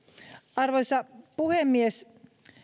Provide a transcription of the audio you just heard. arvoisa puhemies